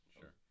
sure